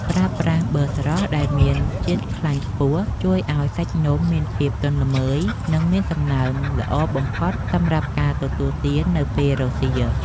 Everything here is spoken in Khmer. ប្រើប្រាស់ប៊ឺស្រស់ដែលមានជាតិខ្លាញ់ខ្ពស់ជួយឱ្យសាច់នំមានភាពទន់ល្មើយ និងមានសំណើមល្អបំផុតសម្រាប់ការទទួលទាននៅពេលរសៀល។